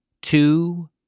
two